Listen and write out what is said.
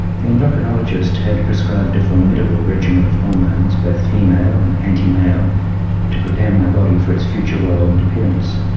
the endocrinologist had prescribed a formidable regimen of hormones, both female and anti-male to prepare my body for its future role and appearance,